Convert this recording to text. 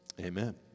amen